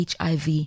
HIV